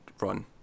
run